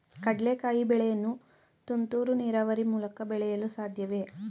ಕಡ್ಲೆಕಾಯಿ ಬೆಳೆಯನ್ನು ತುಂತುರು ನೀರಾವರಿ ಮೂಲಕ ಬೆಳೆಯಲು ಸಾಧ್ಯವೇ?